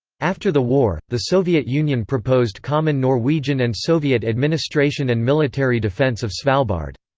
after the war, the soviet union proposed common norwegian and soviet administration and military defence of svalbard.